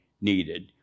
needed